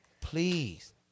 Please